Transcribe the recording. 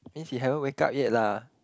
means he haven't wake up yet lah